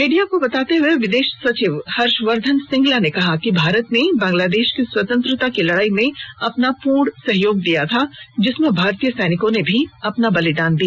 media को बताते हुए विदेश सचिव हर्षवर्धन सिंगला ने कहा कि भारत ने बांग्लांदेश की स्वतंत्रता की लड़ाई में अपना पूर्ण सहयोग दिया था जिसमें भारतीय सैनिकों ने भी अपना बलिदान दिया